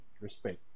respect